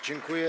Dziękuję.